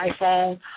iPhone